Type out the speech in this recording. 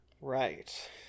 Right